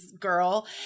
girl